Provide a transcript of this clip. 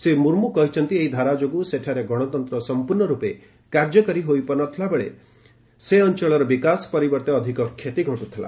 ଶ୍ରୀ ମୁର୍ମୁ କହିଛନ୍ତି ଏହି ଧାରା ଯୋଗୁଁ ସେଠାରେ ଗଣତନ୍ତ୍ର ସମ୍ପର୍ଷ ରୂପେ କାର୍ଯ୍ୟକାରୀ ହୋଇପାରୁ ନଥିଲା ଓ ଅଞ୍ଚଳର ବିକାଶ ପରିବର୍ତ୍ତେ ଅଧିକ କ୍ଷତି ଘଟୁଥିଲା